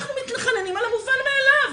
אנחנו מתחננים על המובן מאליו.